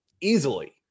easily